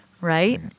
right